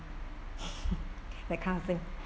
that kind of thing